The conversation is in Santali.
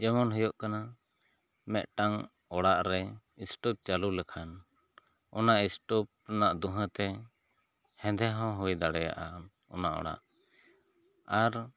ᱡᱮᱢᱚᱱ ᱦᱩᱭᱩᱜ ᱠᱟᱱᱟ ᱢᱤᱫᱴᱟᱝ ᱚᱲᱟᱜ ᱨᱮ ᱮᱥᱴᱚᱯ ᱪᱟᱹᱞᱩ ᱞᱮᱠᱷᱟᱱ ᱚᱱᱚ ᱮᱥᱴᱚᱯ ᱨᱮᱱᱟᱜ ᱫᱷᱩᱣᱟᱹ ᱛᱮ ᱦᱮᱸᱫᱮ ᱦᱚᱸ ᱦᱩᱭ ᱫᱟᱲᱮᱭᱟᱜᱼᱟ ᱚᱱᱟ ᱚᱲᱟᱜ ᱟᱨ